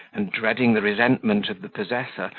and dreading the resentment of the possessor,